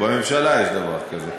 בממשלה יש דבר כזה.